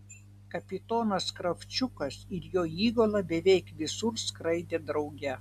kapitonas kravčiukas ir jo įgula beveik visur skraidė drauge